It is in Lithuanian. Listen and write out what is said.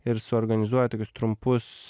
ir suorganizuoja tokius trumpus